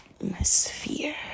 atmosphere